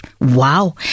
Wow